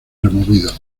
removidos